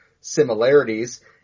similarities